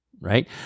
right